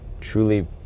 truly